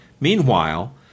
Meanwhile